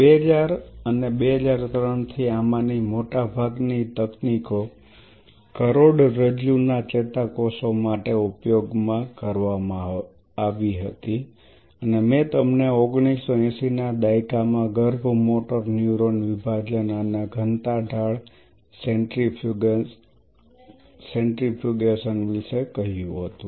2000 અને 2003 થી આમાંની મોટાભાગની તકનીકો કરોડરજ્જુના ચેતાકોષો માટે ઉપયોગ કરવામાં આવી હતી અને મેં તમને 1980 ના દાયકામાં ગર્ભ મોટર ન્યુરોન વિભાજન અને ઘનતા ઢાળ સેન્ટ્રીફ્યુગેશન વિશે કહ્યું હતું